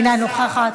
אינה נוכחת,